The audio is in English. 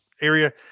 area